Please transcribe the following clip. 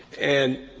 and,